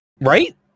Right